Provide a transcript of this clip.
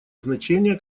значение